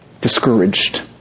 discouraged